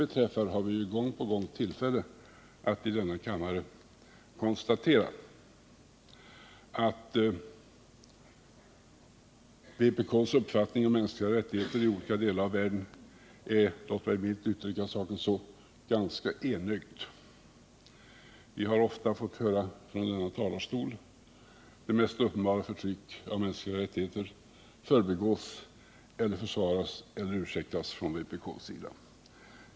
Vi får gång på gång tillfälle att i denna kammare konstatera att vpk:s uppfattning om mänskliga rättigheter i olika delar av världen är — låt mig milt uttrycka saken så — ganska enögd. Vi har ofta från denna talarstol fått höra det mest uppenbara förtryck av de mänskliga rättigheterna försvaras och ursäktas eller rent av förbigås av vpk.